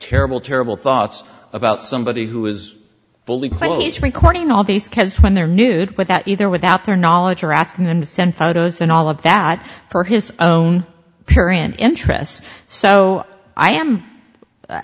terrible terrible thoughts about somebody who was fully close recording all these kids when they're nude without either without their knowledge or asking them to send photos and all of that for his own period interests so i am